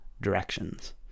directions